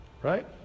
right